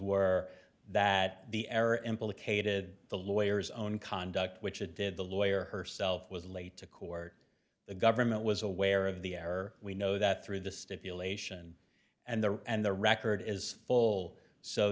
implicated the lawyers own conduct which it did the lawyer herself was late to court the government was aware of the error we know that through the stipulation and the and the record is full so